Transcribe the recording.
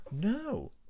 No